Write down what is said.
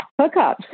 hookups